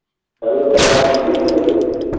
अरे पचास में दे देंगे